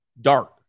dark